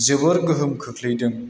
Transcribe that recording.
जोबोर गोहोम खोख्लैदों